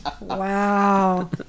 Wow